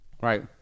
Right